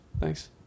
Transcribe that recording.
Thanks